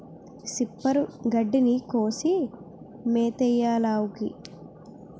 సిప్పరు గడ్డిని కోసి మేతెయ్యాలావుకి